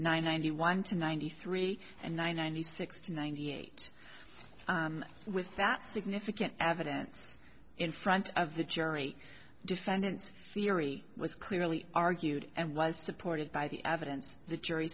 seven ninety one to ninety three and ninety six to ninety eight with that significant evidence in front of the jury defendant's theory was clearly argued and was supported by the evidence the jury